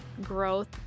growth